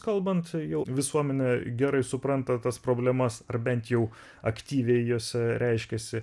kalbant jau visuomenė gerai supranta tas problemas ar bent jau aktyviai jose reiškiasi